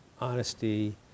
honesty